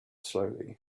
slowly